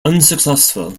unsuccessful